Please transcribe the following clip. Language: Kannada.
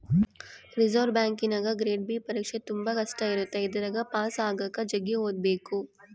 ರಿಸೆರ್ವೆ ಬ್ಯಾಂಕಿನಗ ಗ್ರೇಡ್ ಬಿ ಪರೀಕ್ಷೆ ತುಂಬಾ ಕಷ್ಟ ಇರುತ್ತೆ ಇದರಗ ಪಾಸು ಆಗಕ ಜಗ್ಗಿ ಓದಬೇಕು